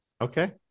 Okay